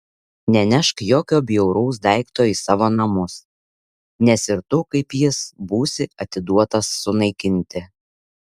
nenešk jokio bjauraus daikto į savo namus nes ir tu kaip jis būsi atiduotas sunaikinti